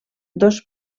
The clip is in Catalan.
dos